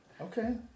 Okay